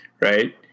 right